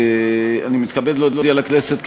אני מתכבד להודיע לכנסת,